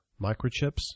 microchips